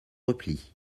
repli